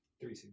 three